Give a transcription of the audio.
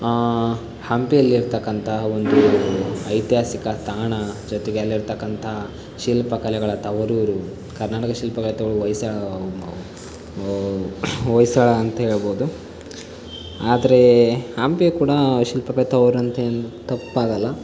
ಹಂಪಿಯಲ್ಲಿರತಕ್ಕಂಥ ಒಂದು ಐತಿಹಾಸಿಕ ತಾಣ ಜೊತೆಗೆ ಅಲ್ಲಿರ್ತಕ್ಕಂಥ ಶಿಲ್ಪಕಲೆಗಳ ತವರೂರು ಕರ್ನಾಟಕ ಶಿಲ್ಪಕಲೆಗಳ ತವರು ಹೊಯ್ಸಳ ಹೊಯ್ಸಳ ಅಂತ ಹೇಳ್ಬೋದು ಆದರೆ ಹಂಪಿ ಕೂಡ ಶಿಲ್ಪಕಲೆ ತವರು ಅಂತ ಏನು ತಪ್ಪಾಗಲ್ಲ